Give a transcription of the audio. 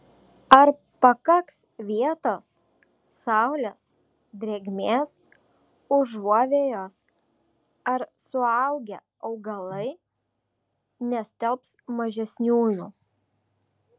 ar pakaks vietos saulės drėgmės užuovėjos ar suaugę augalai nestelbs mažesniųjų